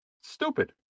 stupid